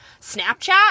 Snapchat